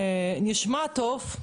נשמע טוב,